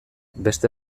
beste